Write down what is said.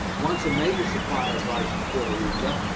once a major supplier of rice to puerto rico.